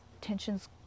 tensions